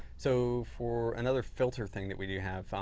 so for another filter thing that we do have,